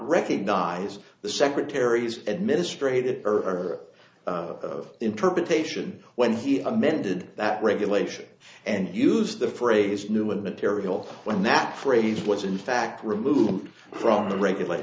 recognize the secretary's administrative or of interpretation when he amended that regulation and used the phrase new material when that phrase was in fact removed from the regula